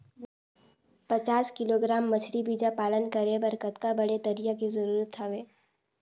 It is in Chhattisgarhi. पचास किलोग्राम मछरी बीजा पालन करे बर कतका बड़े तरिया के जरूरत हवय?